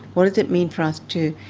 what does it mean for us to